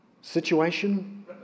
situation